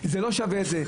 זה לא שווה את זה.